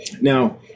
Now